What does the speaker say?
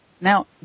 Now